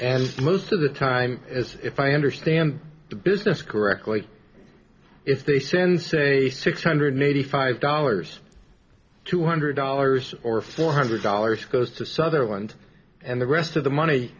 and most of the time as if i understand the business correctly if they send say six hundred eighty five dollars two hundred dollars or four hundred dollars goes to sutherland and the rest of the money